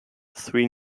three